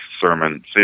sermon